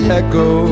echo